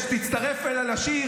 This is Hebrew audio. יש עוד משהו שאתה רוצה להוסיף?